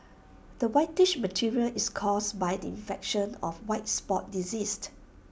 the whitish material is caused by the infection of white spot disease